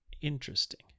Interesting